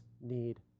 need